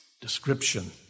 description